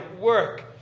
work